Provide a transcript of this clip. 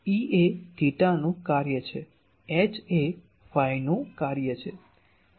E એ થેટાનું કાર્ય છે એચ એ ફાઈનું કાર્ય છે